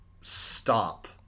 stop